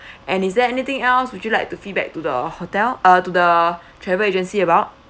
and is there anything else would you like to feedback to the hotel uh to the travel agency about